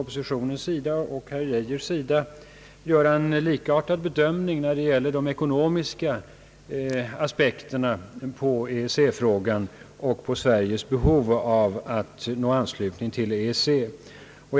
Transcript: Oppositionen och herr Geijer tycks nämligen göra en likartad bedömning när det gäller de ekonomiska aspekterna på EEC-frågan och på Sveriges behov av att nå anslutning till EEC.